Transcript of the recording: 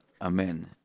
Amen